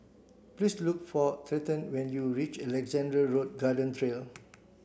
please look for Trenten when you reach Alexandra Road Garden Trail